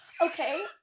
Okay